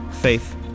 faith